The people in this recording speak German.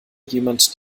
jemand